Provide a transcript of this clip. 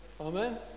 Amen